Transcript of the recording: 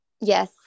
Yes